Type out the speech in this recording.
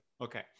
Okay